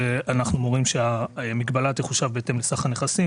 ואנחנו מורים שהמגבלה תחושב בהתאם לסך הנכסים,